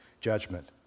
judgment